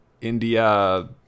India